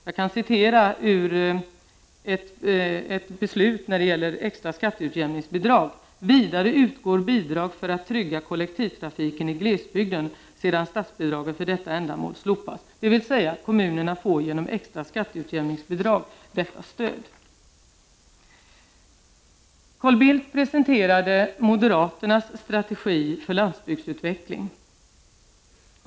Jag kan citera ur ett beslut när det gäller extra skatteutjämningsbidrag: ”Vidare utgår bidrag för att trygga kollektivtrafiken i glesbygden, sedan statsbidragen för detta ändamål slopats” — dvs. kommunerna får genom extra skatteutjämningsbidrag detta stöd. Carl Bildt presenterade moderaternas strategi för landsbygdsutveckling.